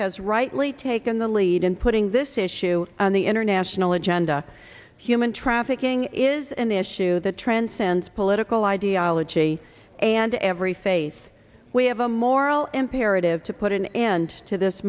has rightly taken the lead in putting this issue on the international agenda human trafficking is an issue that transcends political ideology and every face we have a moral imperative to put an end to this